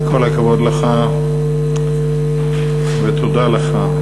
כל הכבוד לך ותודה לך.